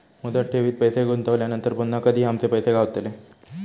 मुदत ठेवीत पैसे गुंतवल्यानंतर पुन्हा कधी आमचे पैसे गावतले?